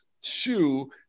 shoe